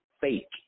fake